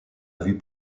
vue